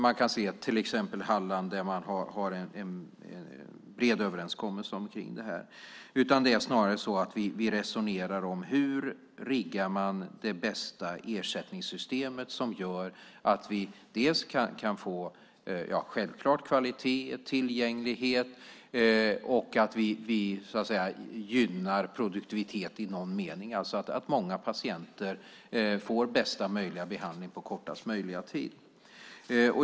Man kan se det till exempel i Halland där man har en bred överenskommelse kring detta. Snarare resonerar vi om hur man riggar det bästa ersättningssystemet så att vi - självklart - kan få kvalitet och tillgänglighet. Vi ska också i någon mening gynna produktivitet, alltså att många patienter får bästa möjliga behandling på kortast möjliga tid.